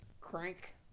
crank